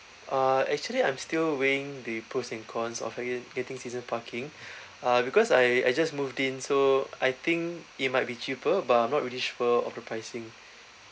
uh actually I'm still weighing the pros and cons of having getting season parking uh because I I just moved in so I think it might be cheaper but I'm not really sure of the pricing